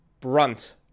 brunt